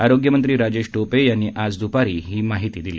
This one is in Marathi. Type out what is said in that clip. आरोग्यमंत्री राजेश टोपे यांनी आज द्पारी ही माहिती दिली